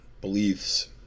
beliefs